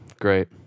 great